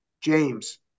James